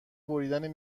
بریدن